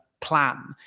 plan